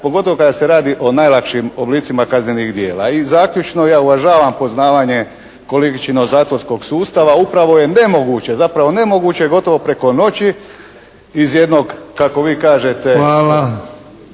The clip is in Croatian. pogotovo kada se radi o najlakšim oblicima kaznenih djela. I zaključno, ja uvažavam poznavanje kolegičino zatvorskog sustava. Upravo je nemoguće zapravo nemoguće je gotovo preko noći iz jednog kako vi kažete…